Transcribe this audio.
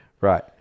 Right